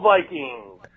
Vikings